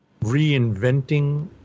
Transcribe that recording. reinventing